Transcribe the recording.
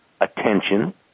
attention